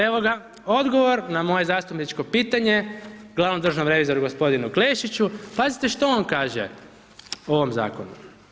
Evo ga, odgovor na moje zastupničko pitanje glavnom državnom revizoru gospodinu Klešiću, pazite što on kaže o ovom zakonu.